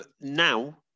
now